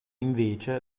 invece